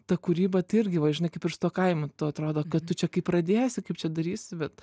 ta kūryba irgi va žinai kaip ir su tuo kaimu tau atrodo kad tu čia kaip pradėsi kaip čia darysi bet